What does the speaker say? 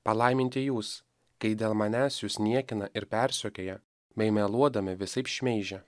palaiminti jūs kai dėl manęs jus niekina ir persekioja bei meluodami visaip šmeižia